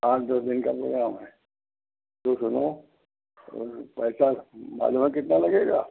आठ दस दिन का प्रोग्राम है तो सुनो और पैसा मालूम है कितना लगेगा